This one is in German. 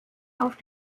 auf